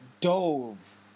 dove